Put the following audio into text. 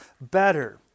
better